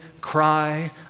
cry